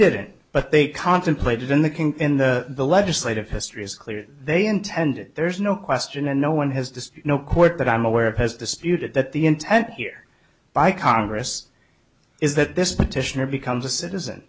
didn't but they contemplated in the can in the legislative history is clear they intended there's no question and no one has to know court that i'm aware of has disputed that the intent here by congress is that this petitioner becomes a citizen